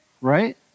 right